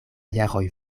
jaroj